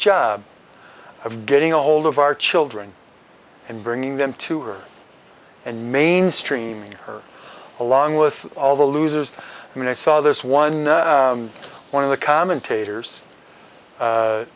job of getting ahold of our children and bringing them to her and mainstream her along with all the losers when i saw this one one of the commentators